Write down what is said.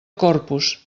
corpus